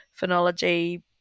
phonology